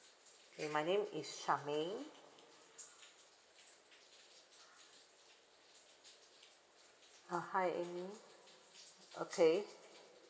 and my name is sharmaine uh hi amy okay